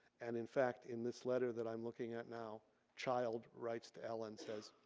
and in fact in this letter that i'm looking at now child writes to ell and says,